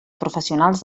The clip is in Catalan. professionals